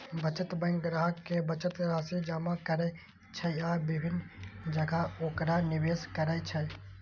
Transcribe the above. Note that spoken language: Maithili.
बचत बैंक ग्राहक के बचत राशि जमा करै छै आ विभिन्न जगह ओकरा निवेश करै छै